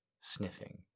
sniffing